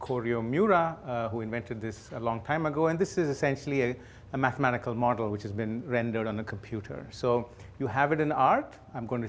choreo mira who invented this a long time ago and this is essentially a mathematical model which has been rendered on the computer so you have it in art i'm going to